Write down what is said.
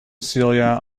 celia